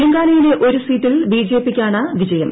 തെലങ്കാനയിലെ ഒരു സീറ്റിൽ ബിജെപിക്കാണ് വിജയം